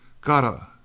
Gotta